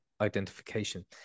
identification